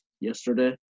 yesterday